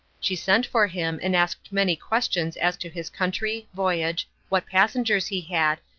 she sent for him and asked many questions as to his country, voyage, what passengers he had,